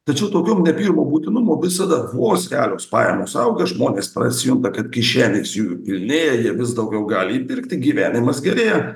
tačiau tokiom nepirmo būtinumo visada vos kelios pajamos auga žmonės pasijunta kad kišenės jųjų pilnėja jie vis daugiau gali įpirkti gyvenimas gerėja